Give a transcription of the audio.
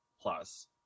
plus